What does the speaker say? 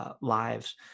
lives